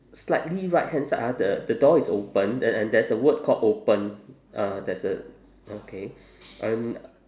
slightly right hand side ah the the door is open and and there's a word called open ah there's a okay and